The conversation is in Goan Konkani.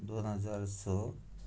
दोन हजार स